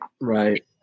Right